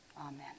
amen